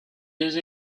des